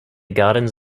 gardens